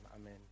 amen